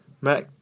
Mac